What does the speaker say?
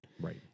Right